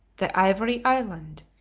the ivory island,